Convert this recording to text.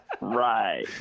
right